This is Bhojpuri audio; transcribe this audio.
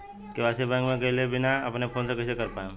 के.वाइ.सी बैंक मे गएले बिना अपना फोन से कइसे कर पाएम?